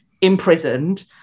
imprisoned